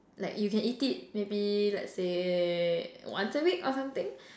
like you can eat it maybe let's say once a week or something